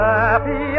Happy